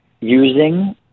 using